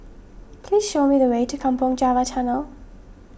please show me the way to Kampong Java Tunnel